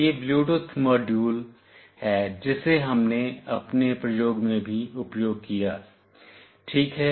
यह Bluetooth module है जिसे हमने अपने प्रयोग में भी उपयोग किया है ठीक है